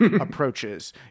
approaches